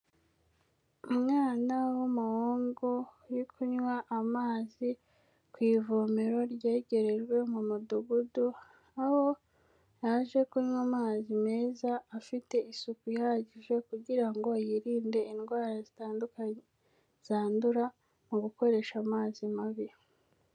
Umwana w'umuhungu uri kunywa amazi ku ivomero ryegerejwe mu mudugudu, aho yaje kunywa amazi meza afite isuku ihagije kugira ngo yirinde indwara zitandukanye zandura mu gukoresha amazi mabi.